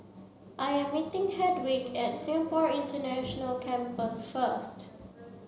I am meeting Hedwig at Singapore International Campus first